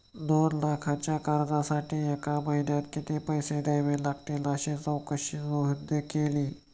दोन लाखांच्या कर्जासाठी एका महिन्यात किती पैसे द्यावे लागतील अशी चौकशी सोहनने केली